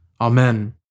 Amen